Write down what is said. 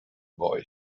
boy